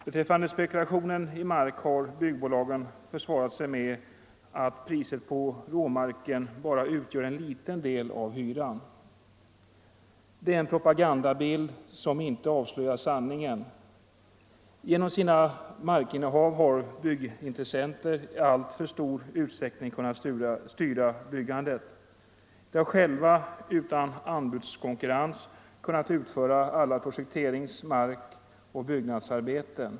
Beträffande spekulationen i mark har byggbolagen försvarat sig med att priset på råmarken bara utgör en liten del av hyran. Det är en propagandabild, som inte avslöjar sanningen. Genom sina markinnehav har privata byggintressenter i alltför stor utsträckning kunnat styra byggandet. De har själva utan anbudskonkurrens kunnat utföra alla projekterings-, markoch byggnadsarbeten.